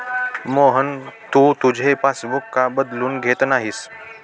मोहन, तू तुझे पासबुक का बदलून घेत नाहीस?